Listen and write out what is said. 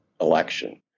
election